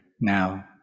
now